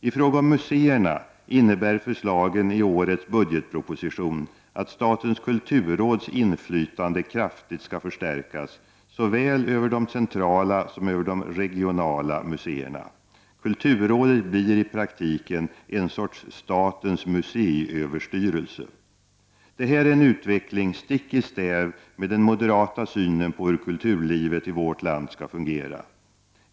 I fråga om museerna innebär förslagen i årets budgetproposition att statens kulturråds inflytande kraftigt skall förstärkas, såväl över de centrala som över de regionala museerna. Kulturrådet blir i praktiken en sorts statens museiöverstyrelse. Detta är en utveckling stick i stäv med den moderata synen på hur kulturlivet i vårt land skall fungera.